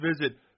visit